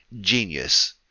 genius